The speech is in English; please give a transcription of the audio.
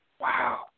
wow